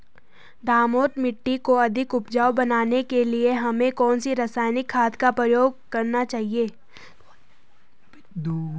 दोमट मिट्टी को अधिक उपजाऊ बनाने के लिए हमें कौन सी रासायनिक खाद का प्रयोग करना चाहिए?